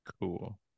Cool